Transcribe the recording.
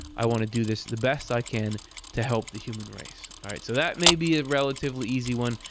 i want to do this the best that i can to help the human race. all right, so that may be a relatively easy one.